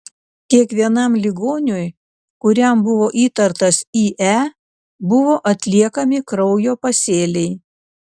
kiekvienam ligoniui kuriam buvo įtartas ie buvo atliekami kraujo pasėliai